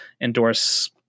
endorse